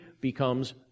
becomes